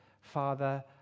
Father